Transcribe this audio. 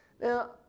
Now